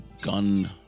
gun